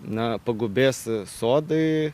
na pagubės sodai